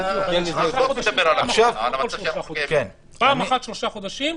פעם אחת שלושה חודשים,